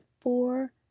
four